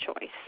choice